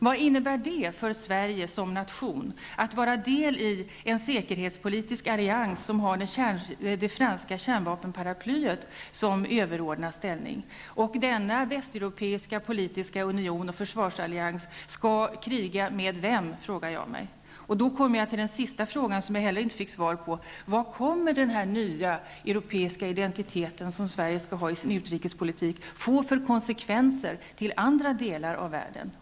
Vad innebär det för Sverige som nation att vara del i en säkerhetspolitisk allians som har det franska kärnvapenparaplyet i överordnad ställning? Jag frågar mig vem denna västeuropeiska politiska union och försvarsallians skall kriga med. Då kommer jag till den sista frågan som jag inte heller fick svar på. Vad kommer den här nya europeiska identiteten som Sverige skall ha i sin utrikespolitik att få för konsekvenser när det gäller förhållandet till andra delar av världen?